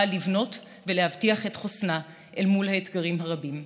לבנות ולהבטיח את חוסנה אל מול האתגרים הרבים.